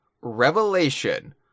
revelation